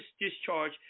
discharge